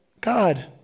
God